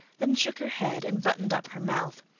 then shook her head and buttoned up her mouth.